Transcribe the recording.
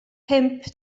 pump